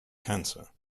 cancer